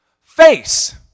Face